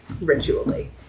ritually